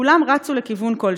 כולם רצו לכיוון כלשהו.